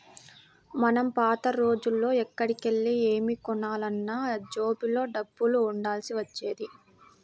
మనం పాత రోజుల్లో ఎక్కడికెళ్ళి ఏమి కొనాలన్నా జేబులో డబ్బులు ఉండాల్సి వచ్చేది